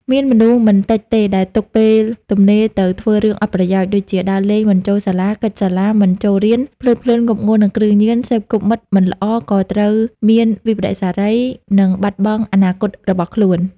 មានមនុស្សមិនតិចទេដែលទុកពេលទំនេរទៅធ្វើរឿងអត់ប្រយោជន៍ ដូចជា ដើរលេងមិនចូលសាលា គេចសាលា មិនចូលរៀន ភ្លើតភ្លើនងប់ងុលនឹងគ្រឿងញៀន សេពគប់មិត្តមិនល្អក៏ត្រូវមានវិប្បដិសារី និងបាត់បង់អនាគតរបស់ខ្លួន ។